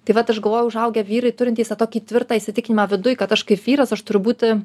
tai vat aš galvojau užaugę vyrai turintys tą tokį tvirtą įsitikinimą viduj kad aš kaip vyras aš turiu būti